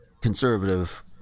conservative